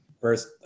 first